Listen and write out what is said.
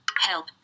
Help